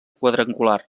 quadrangular